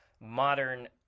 modern